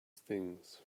things